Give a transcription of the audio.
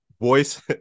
voice